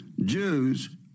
Jews